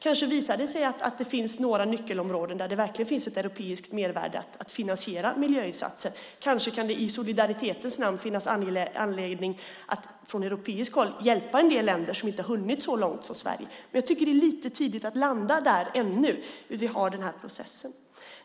Kanske visar det sig att det finns några nyckelområden där det verkligen finns ett europeiskt mervärde i att finansiera miljöinsatser. Kanske kan det i solidaritetens namn finnas anledning att från europeiskt håll hjälpa en del länder som inte har hunnit så långt som Sverige. Men jag tycker att det är lite tidigt att landa där ännu, när vi nu har den här processen.